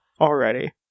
already